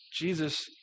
Jesus